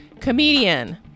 comedian